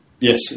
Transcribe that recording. Yes